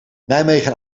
nijmegen